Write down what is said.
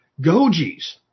gojis